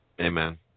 Amen